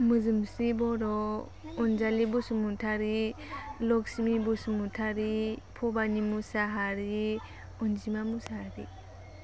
मोजोमस्रि बर' अन्जालि बसुमतारी लक्समि बसुमतारी भबानि मुसाहारी अनजिमा मुसाहारी